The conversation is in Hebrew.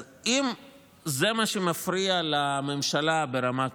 אז אם זה מה שמפריע לממשלה ברמה כזאת,